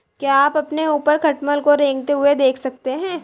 क्या आप अपने ऊपर खटमल को रेंगते हुए देख सकते हैं?